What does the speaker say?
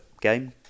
game